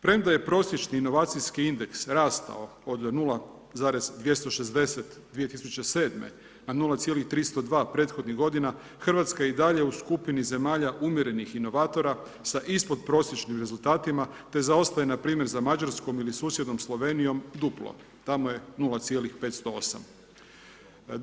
Premda je prosječni inovacijski indeks rastao od 0,260 2007. na 0,302 prethodnih godina, Hrvatska je i dalje u skupini zemalja umjerenih inovatora sa ispod prosječnim rezultatima te zaostaje npr. za Mađarskom ili susjednom Slovenijom duplo, tamo je 0,508.